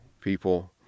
people